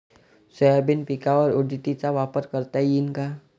Soybean पिकावर ODT चा वापर करता येईन का?